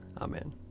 Amen